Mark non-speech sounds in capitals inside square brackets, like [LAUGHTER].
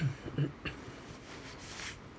[COUGHS]